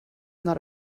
not